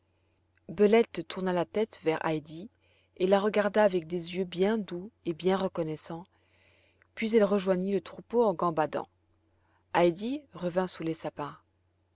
bellette tourna la tête vers heidi et la regarda avec des yeux bien doux et bien reconnaissants puis elle rejoignit le troupeau en gambadant heidi revint sous les sapins